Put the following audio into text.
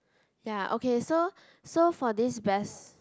ya okay so so for this best